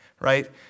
right